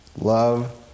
Love